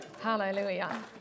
Hallelujah